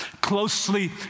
closely